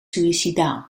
suïcidaal